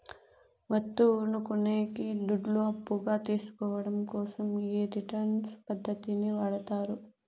వత్తువును కొనేకి దుడ్లు అప్పుగా తీసుకోవడం కోసం ఈ రిటర్న్స్ పద్ధతిని వాడతారు